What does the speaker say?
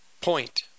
point